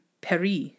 Paris